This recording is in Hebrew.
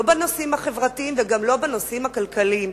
לא בנושאים החברתיים וגם לא בנושאים הכלכליים.